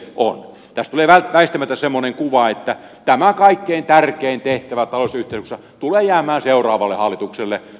tässä tulee väistämättä semmoinen kuva että tämä kaikkein tärkein tehtävä talousyhteistyössä tulee jäämään seuraavalle hallitukselle